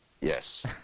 yes